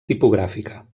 tipogràfica